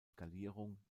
skalierung